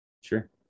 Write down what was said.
sure